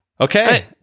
Okay